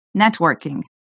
networking